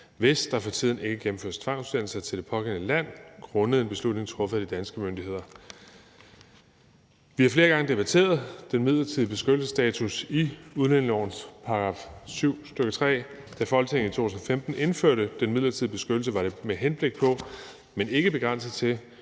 hvis der for tiden ikke gennemføres tvangsudsendelser til det pågældende land grundet en beslutning truffet af de danske myndigheder. Vi har flere gange debatteret den midlertidige beskyttelsesstatus i udlændingelovens § 7, stk. 3. Da Folketinget i 2015 indførte den midlertidige beskyttelse, var det med henblik på, men ikke begrænset til,